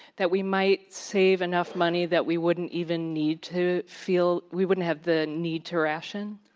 that we might save enough money that we wouldn't even need to feel we wouldn't have the need to ration?